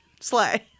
Slay